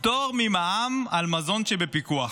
פטור ממע"מ על מזון שבפיקוח.